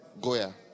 Goya